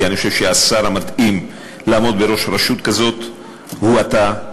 כי אני חושב שהשר המתאים לעמוד בראש רשות כזאת הוא אתה,